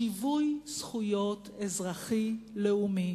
שיווי זכויות אזרחי לאומי.